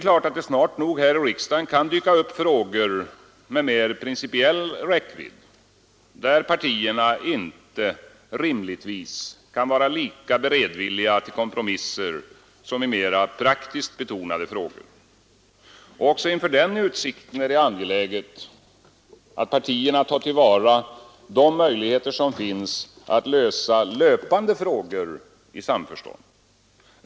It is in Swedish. Snart nog kan det här i riksdagen dyka upp frågor med mera principiell räckvidd, där partierna inte rimligtvis kan vara lika beredvilliga till kompromisser som i mera praktiskt betonade frågor. Också inför den utsikten är det angeläget att partierna tar till vara de möjligheter som finns att lösa löpande frågor i samförstånd.